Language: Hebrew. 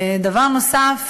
דבר נוסף,